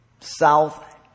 south